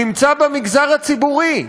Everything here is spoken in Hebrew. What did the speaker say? נמצא במגזר הציבורי.